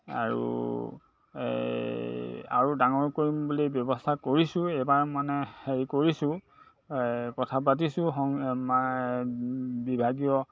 আৰু আৰু ডাঙৰ কৰিম বুলি ব্যৱস্থা কৰিছোঁ এইবাৰ মানে হেৰি কৰিছোঁ কথা পাতিছোঁ সং মা বিভাগীয়